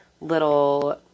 little